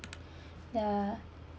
the